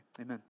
Amen